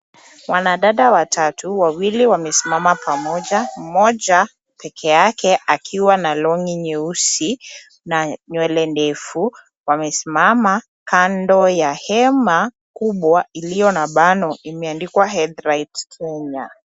Wanadada watatu, wawili wamesimama pamoja, mmoja pekeake akiwa na longi nyeusi na nywele ndefu. Wamesimama kando ya hema kubwa iliyo na bano imeandikwa, Health Right Kenya.